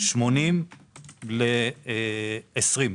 80 ל-20.